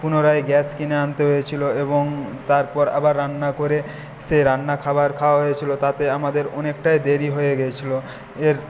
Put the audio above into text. পুনরায় গ্যাস কিনে আনতে হয়েছিল এবং তারপর আবার রান্না করে সে রান্না খাবার খাওয়া হয়েছিল তাতে আমাদের অনেকটাই দেরি হয়ে গেছিল এর